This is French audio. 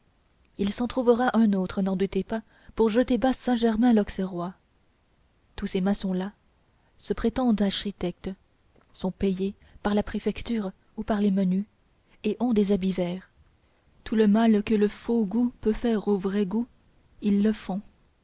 il s'en trouvera un autre n'en doutez pas pour jeter bas saint germain lauxerrois tous ces maçons là se prétendent architectes sont payés par la préfecture ou par les menus et ont des habits verts tout le mal que le faux goût peut faire au vrai goût ils le font